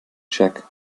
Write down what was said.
check